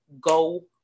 go